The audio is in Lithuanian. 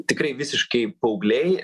tikrai visiškai paaugliai